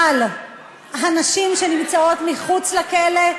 אבל הנשים שנמצאות מחוץ לכלא,